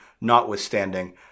notwithstanding